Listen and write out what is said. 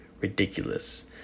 ridiculous